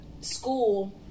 school